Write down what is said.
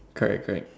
correct correct